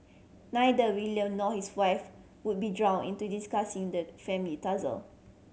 neither William nor his wife would be drawn into discussing the family tussle